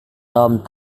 tom